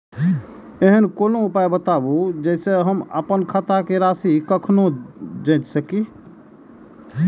ऐहन कोनो उपाय बताबु जै से हम आपन खाता के राशी कखनो जै सकी?